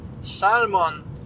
salmon